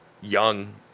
young